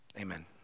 Amen